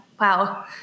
Wow